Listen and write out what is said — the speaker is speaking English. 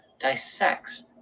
dissects